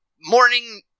morning